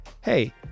hey